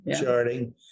charting